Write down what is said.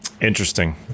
Interesting